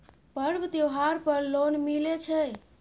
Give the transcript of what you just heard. पर्व त्योहार पर लोन मिले छै?